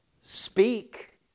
speak